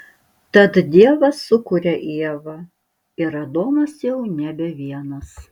tad dievas sukuria ievą ir adomas jau nebe vienas